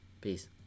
Peace